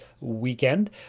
weekend